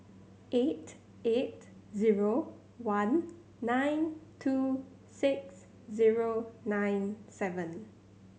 eight eight zero one nine two six zero nine seven